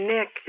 Nick